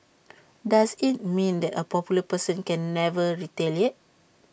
does IT mean that A popular person can never retaliate